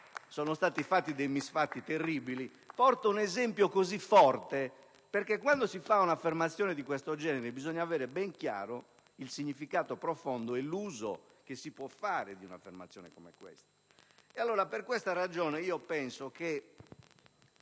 sono stati compiuti misfatti terribili. Porto un esempio così forte perché, quando si fa un'affermazione di questo genere, bisogna avere ben chiaro il significato profondo e l'uso che si può fare di certe parole. Per questa ragione, penso che